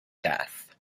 death